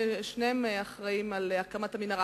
שניהם אחראים על הקמת המנהרה.